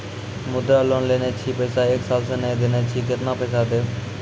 मुद्रा लोन लेने छी पैसा एक साल से ने देने छी केतना पैसा देब?